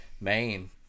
main